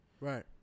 Right